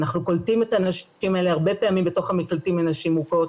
אנחנו קולטים את הנשים האלה הרבה פעמים בתוך המקלטים לנשים מוכות,